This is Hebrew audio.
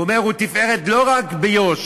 והוא אומר: הוא תפארת לא רק ביו"ש,